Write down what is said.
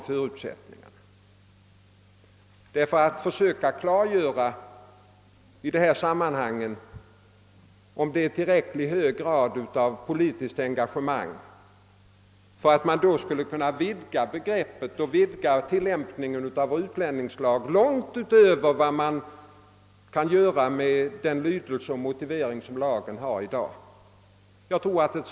Att vid prövning om uppehållstillstånd försöka klargöra, om det föreligger tillräckligt hög grad av politiskt engagemang och att man vid en sådan bedömning skulle kunna vidga tillämpningen av vår utlänningslag långt utöver vad man kan göra med den lydelse och motivering som lagen har i dag vore inte riktigt.